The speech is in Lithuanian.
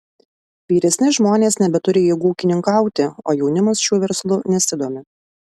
vyresni žmonės nebeturi jėgų ūkininkauti o jaunimas šiuo verslu nesidomi